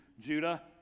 Judah